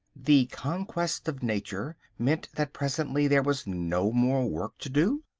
the conquest of nature meant that presently there was no more work to do?